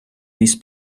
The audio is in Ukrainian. ліс